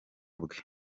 bwe